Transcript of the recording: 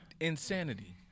Insanity